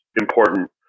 important